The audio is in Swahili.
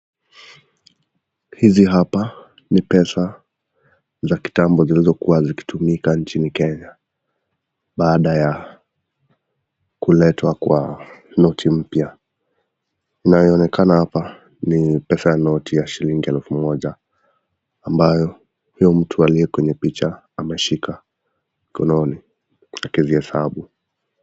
Hizi hapa ni pesa za kitambo, zilizokuwa zikitumika nchini Kenya baada ya kuletwa kwa noti mpya. Inayoonekana hapa ni pesa noti ya shilingi elfu moja ambayo huyo mtu aliye kwenye picha ameshika mkononi akizihesabu.